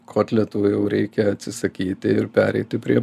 kotletų jau reikia atsisakyti ir pereiti prie